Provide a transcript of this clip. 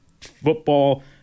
football